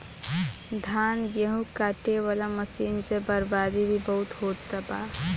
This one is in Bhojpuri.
धान, गेहूं काटे वाला मशीन से बर्बादी भी बहुते होत बा